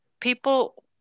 people